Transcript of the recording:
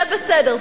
זה בסדר,